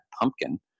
pumpkin